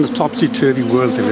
topsy-turvy world